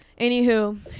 Anywho